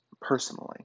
personally